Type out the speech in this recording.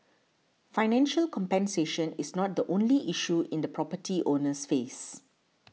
financial compensation is not the only issue the property owners face